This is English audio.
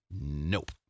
Nope